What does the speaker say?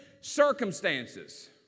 circumstances